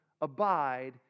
abide